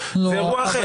זה אירוע אחר.